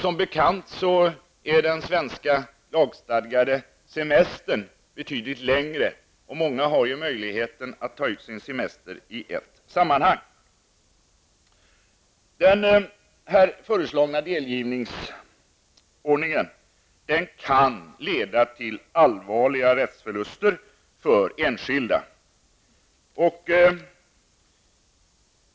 Som bekant är den svenska lagstadgade semestern betydligt längre, och många har möjlighet att ta ut sin semester i ett sammanhang. Den föreslagna delgivningsordningen kan leda till allvarliga rättsförluster för enskilda.